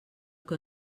que